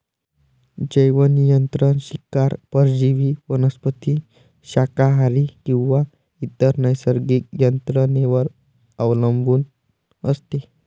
जैवनियंत्रण शिकार परजीवी वनस्पती शाकाहारी किंवा इतर नैसर्गिक यंत्रणेवर अवलंबून असते